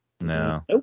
No